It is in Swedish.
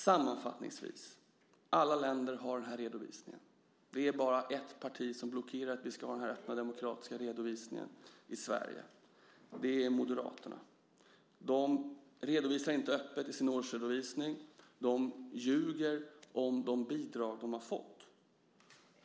Sammanfattningsvis vill jag säga att alla länder har den här redovisningen. Det är bara ett parti som blockerar att vi ska ha denna öppna demokratiska redovisning i Sverige, och det är Moderaterna. De redovisar inte detta öppet i sin årsredovisning och de ljuger om de bidrag som de har fått.